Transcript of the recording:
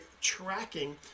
tracking